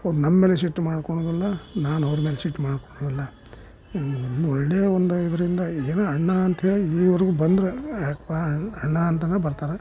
ಅವ್ರು ನಮ್ಮ ಮೇಲೆ ಸಿಟ್ಟು ಮಾಡ್ಕೊಳ್ಳೊದಿಲ್ಲ ನಾನು ಅವ್ರ ಮೇಲೆ ಸಿಟ್ಟು ಮಾಡ್ಕೊಳ್ಳೊದಿಲ್ಲ ಒಂದು ಒಳ್ಳೆಯ ಒಂದು ಇವರಿಂದ ಏನು ಅಣ್ಣ ಅಂತ್ಹೇಳಿ ಇಲ್ಲಿವರೆಗೂ ಬಂದರೆ ಯಪ್ಪಾ ಅಣ್ಣ ಅಂತಲೇ ಬರ್ತಾರೆ